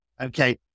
okay